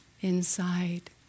inside